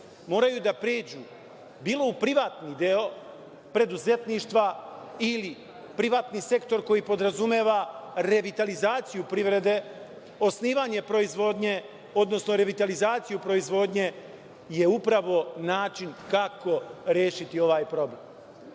moraju da pređu bilo u privatni deo preduzetništva ili privatni sektor koji podrazumeva revitalizaciju privrede, osnivanje proizvodnje, odnosno revitalizaciju proizvodnje, je upravo način kako rešiti ovaj problem. Mi